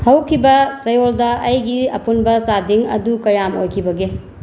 ꯍꯧꯈꯤꯕ ꯆꯌꯣꯜꯗ ꯑꯩꯒꯤ ꯑꯄꯨꯟꯕ ꯆꯥꯗꯤꯡ ꯑꯗꯨ ꯀꯌꯥꯝ ꯑꯣꯏꯈꯤꯕꯒꯦ